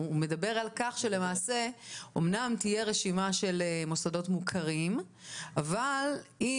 הוא מדבר על כך שאמנם תהיה רשימה של מוסדות מוכרים אבל אם